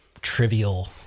trivial